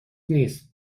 نیست